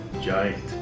giant